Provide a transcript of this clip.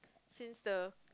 since the